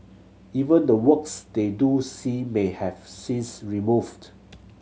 even the works they do see may have scenes removed